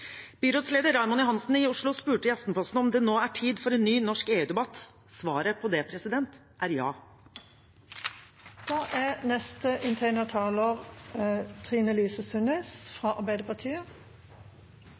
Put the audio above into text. Byrådsleder Raymond Johansen i Oslo spurte i Aftenposten om det nå er tid for en ny norsk EU-debatt. Svaret på det er